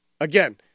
again